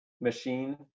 machine